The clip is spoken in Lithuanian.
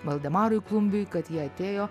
valdemarui klumbiui kad jie atėjo